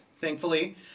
thankfully